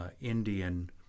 Indian